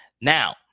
Now